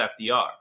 FDR